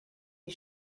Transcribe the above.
you